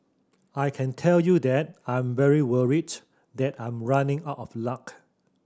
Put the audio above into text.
I can tell you that I'm very worried that I'm running out of luck